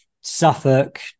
Suffolk